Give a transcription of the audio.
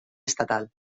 estatal